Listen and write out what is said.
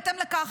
בהתאם לכך,